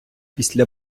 після